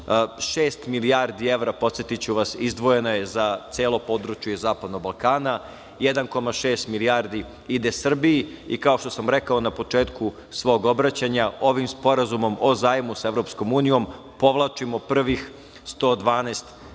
milijardi evra, podsetiću vas, izdvojeno je za celo područje Zapadnog Balkana, 1,6 milijardi ide Srbiji i, kao što sam rekao na početku svog obraćanja, ovim Sporazumom o zajmu sa EU povlačimo prvih 112 miliona